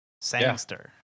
Sangster